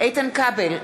איתן כבל,